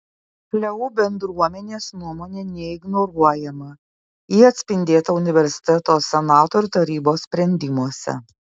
leu bendruomenės nuomonė neignoruojama ji atspindėta universiteto senato ir tarybos sprendimuose